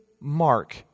mark